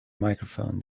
microphone